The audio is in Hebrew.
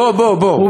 בוא, בוא, בוא.